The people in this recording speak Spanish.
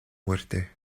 muerte